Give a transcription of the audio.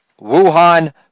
Wuhan